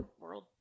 world